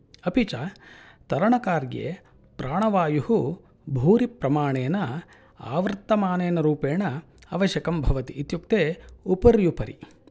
अपि च तरणकार्ये प्राणवायुः भूरिप्रमाणेन आवर्तमानेन रुपेण आवश्यकं भवति इत्युक्ते उपर्युपरि